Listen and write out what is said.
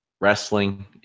Wrestling